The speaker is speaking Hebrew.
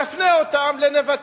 נפנה אותם לנבטים.